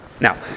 Now